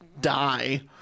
die